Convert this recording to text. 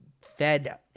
fed